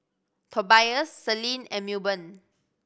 Tobias Selene and Milburn